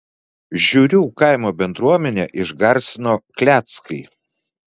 žiurių kaimo bendruomenę išgarsino kleckai